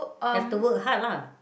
have to work hard lah